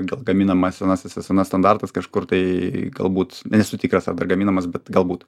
gal gaminamas senasis sns standartas kažkur tai galbūt nesu tikras ar dar gaminamas bet galbūt